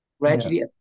gradually